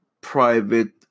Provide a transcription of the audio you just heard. private